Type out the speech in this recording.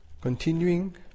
Continuing